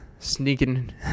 Sneaking